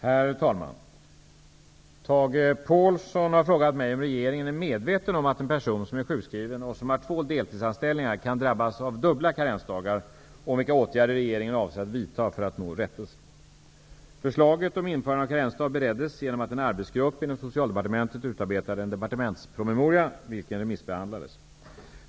Herr talman! Tage Påhlsson har frågat mig om regeringen är medveten om att en person som är sjukskriven och som har två deltidsanställningar kan drabbas av dubbla karensdagar och om vilka åtgärder regeringen avser att vidta för att nå rättelse. Socialdepartementet utarbetade en departementspromemoria, vilken remissbehandlades.